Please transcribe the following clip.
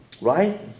right